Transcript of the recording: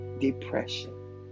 depression